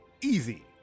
Easy